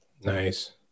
nice